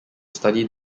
study